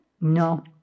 No